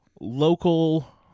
local